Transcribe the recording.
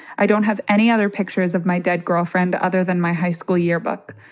i don't have any other pictures of my dead girlfriend other than my high school yearbook.